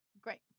Great